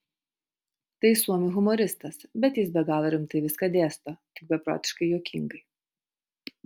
tai suomių humoristas bet jis be galo rimtai viską dėsto tik beprotiškai juokingai